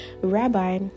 rabbi